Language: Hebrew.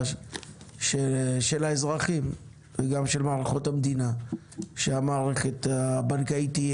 של האזרחים וגם של מערכות המדינה שהמערכת הבנקאית תהיה